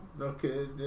okay